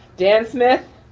dan smith.